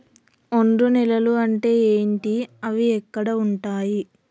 ఒండ్రు నేలలు అంటే ఏంటి? అవి ఏడ ఉంటాయి?